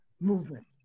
Movement